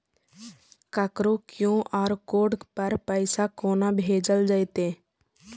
ककरो QR code पर पैसा कोना भेजल जेतै?